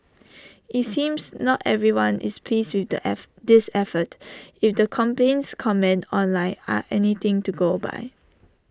IT seems not everyone is pleased with the F this effort if the complaints comments online are anything to go by